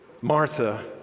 Martha